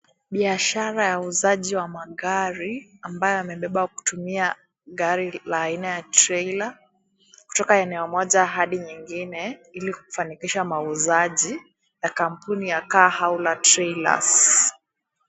Biashara ya uuzaji wa magari, ambayo yamebebwa kutumia gari la aina ya trailer , kutoka eneo moja hadi nyingine, ili kufanikisha mauzaji ya kampuni ya [cs[Car Hauler Trailers .